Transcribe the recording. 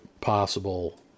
possible